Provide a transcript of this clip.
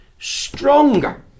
Stronger